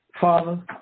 Father